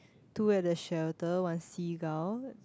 two at the shelter one seagull